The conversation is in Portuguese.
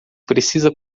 precisa